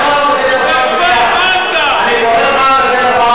מה זה?